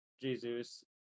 Jesus